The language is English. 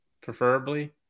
preferably